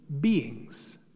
beings